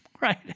right